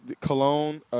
cologne